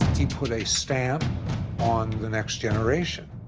he put a stamp on the next generation.